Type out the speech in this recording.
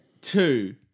Two